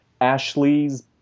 ashley's